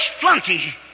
flunky